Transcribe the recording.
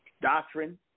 doctrine